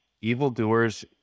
evildoers